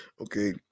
Okay